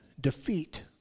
defeat